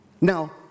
Now